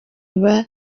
iba